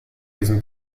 diesem